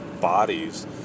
bodies